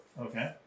Okay